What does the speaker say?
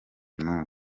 n’ubu